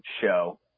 show